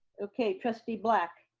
okay, trustee black.